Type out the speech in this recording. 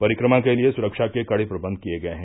परिक्रमा के लिये सुरक्षा के कड़े प्रबंध किये गये हैं